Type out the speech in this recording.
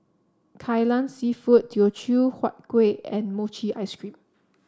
Kai Lan seafood Teochew Huat Kueh and Mochi Ice Cream